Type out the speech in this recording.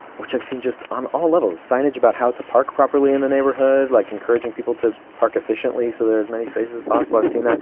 which i've seen just on all levels. signage about how to park properly in the neighborhood, like encouraging people to park efficiently so there's as many spaces as possible, i've seen that,